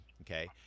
Okay